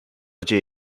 się